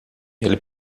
ele